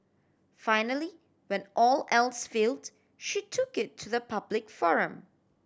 finally when all else failed she took it to the public forum